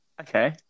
Okay